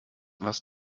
was